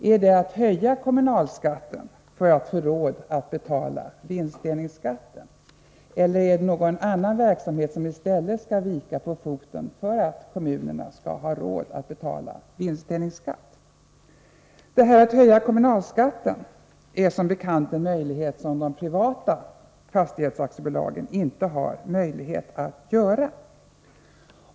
Skall de höja kommunalskatten för att få råd att betala vinstdelningsskatten, eller skall någon annan verksamhet i stället få stryka på foten för att kommunerna skall ha råd att betala vinstdelningsskatt? Att höja kommunalskatten är som bekant en möjlighet som de privata Nr 156 fastighetsaktiebolagen inte har.